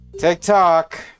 TikTok